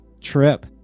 trip